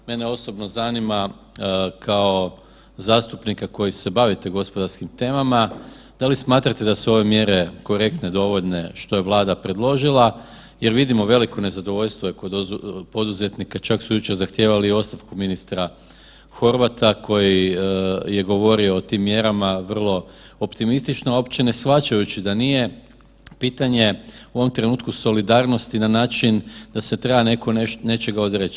Mene osobno zanima kao zastupnika koji se bavite gospodarskim temama da li smatrate da su ove mjere korektne, dovoljne što je Vlada predložila jer vidimo veliko nezadovoljstvo je kod poduzetnika, čak su jučer zahtijevali ostavku ministra Horvata koji je govorio o tim mjerama vrlo optimistično uopće ne shvaćajući da nije pitanje u ovom trenutku solidarnosti na način da se treba netko nečega odreći.